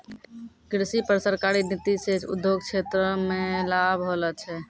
कृषि पर सरकारी नीति से उद्योग क्षेत्र मे लाभ होलो छै